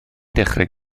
dechrau